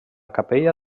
capella